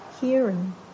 Hearing